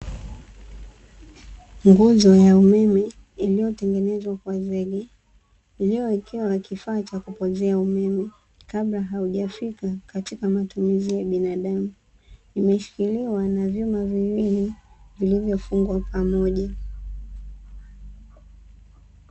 Nguzo ya umeme iliyotengenezwa kwa zege iliyowekewa kifaa cha kupozea umeme kabla haujafika katika matumizi ya binadamu, umeshikiliwa na vyuma viwili vinavyofungwa pamoja.